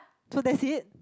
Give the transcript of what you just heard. so that's it